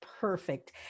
Perfect